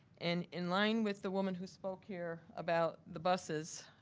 and in line with the woman who spoke here about the buses.